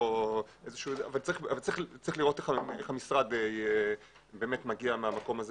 אבל צריך לראות איך המשרד מגיע מהמקום הזה